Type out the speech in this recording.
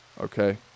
okay